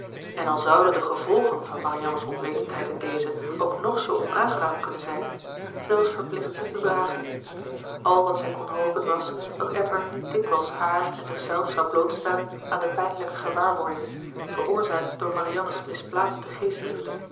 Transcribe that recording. en al zouden de gevolgen van marianne's onwetendheid in dezen ook nog zoo onaangenaam kunnen zijn zij was verplicht ze te dragen al wat zij kon hopen was dat edward niet dikwijls haar en zichzelf zou blootstellen aan de pijnlijke gewaarwordingen veroorzaakt door marianne's misplaatste geestdrift